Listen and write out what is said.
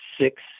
six